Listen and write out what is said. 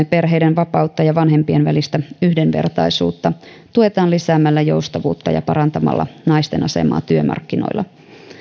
perheiden vapautta ja vanhempien välistä yhdenvertaisuutta tuetaan lisäämällä joustavuutta ja parantamalla naisten asemaa työmarkkinoilla